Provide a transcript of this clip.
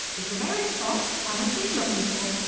is the very spot i have been looking for,